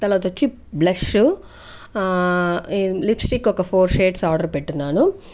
తర్వాత వచ్చి brush lipstick ఒక ఫోర్ షేడ్స్ ఆర్డర్ పెట్టి ఉన్నాను